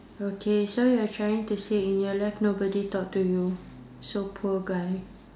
okay so you are trying to say in your life nobody talk to you so poor guy